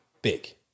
Big